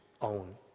own